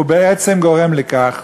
הוא בעצם גורם לכך,